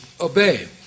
obey